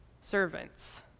Servants